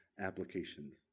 applications